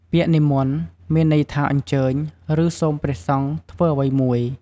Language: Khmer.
ពាក្យនិមន្ត មានន័យថា "អញ្ជើញ" ឬ "សូមព្រះសង្ឃធ្វើអ្វីមួយ"។